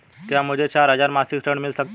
क्या मुझे चार हजार मासिक ऋण मिल सकता है?